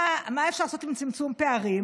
מה אפשר לעשות עם צמצום פערים?